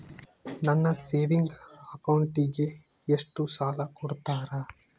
ನನ್ನ ಸೇವಿಂಗ್ ಅಕೌಂಟಿಗೆ ಎಷ್ಟು ಸಾಲ ಕೊಡ್ತಾರ?